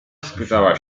spytała